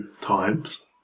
times